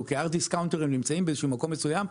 כהרד דיסק קאונטרים נמצאים באיזה שהוא מקום מסוים,